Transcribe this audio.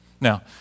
Now